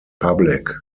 public